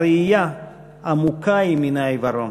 הראייה עמוקה היא מן העיוורון.